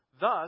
Thus